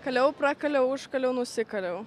kaliau prakaliau užkaliau nusikaliau